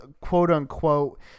quote-unquote